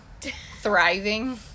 Thriving